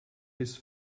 his